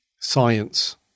science